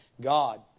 God